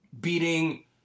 beating